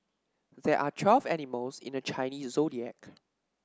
there are twelve animals in the Chinese Zodiac